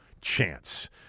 chance